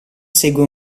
segue